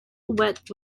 wet